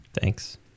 Thanks